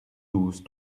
douze